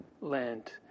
land